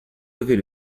lever